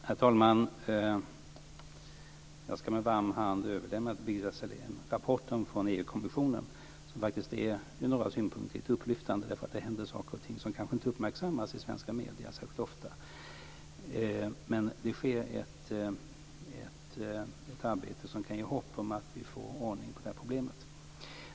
Herr talman! Jag ska med varm hand överlämna till Birgitta Sellén rapporten från EU-kommissionen, som ur några synpunkter är rätt upplyftande. Det händer saker och ting som kanske inte uppmärksammas i svenska medier särskilt ofta. Det sker ett arbete som kan ge hopp om att vi får ordning på problemet.